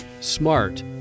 smart